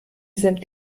sind